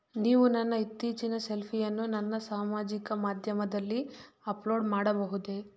ನೀವು ನನ್ನ ಇತ್ತೀಚಿನ ಸೆಲ್ಫಿಯನ್ನು ನನ್ನ ಸಾಮಾಜಿಕ ಮಾಧ್ಯಮದಲ್ಲಿ ಅಪ್ಲೋಡ್ ಮಾಡಬಹುದೇ